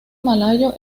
malayo